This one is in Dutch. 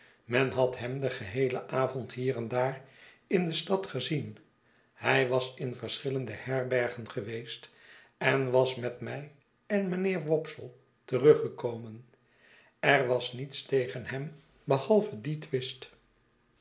men had hem den geheelen avond hier en daar in de stadgezien hij was in verschillende herbergen geweest en was met mij en mynheer wopsle teruggekomen er was niets tegen hem behalve dien twist